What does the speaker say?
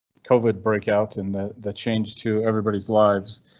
covered break out in the the change to everybody's lives.